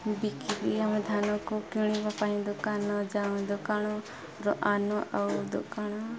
ବିକି କି ଆମେ ଧାନକୁ କିଣିବା ପାଇଁ ଦୋକାନ ଯାଉ ଦୋକାନର ଆଣୁ ଆଉ ଦୋକାନ